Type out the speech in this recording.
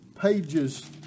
pages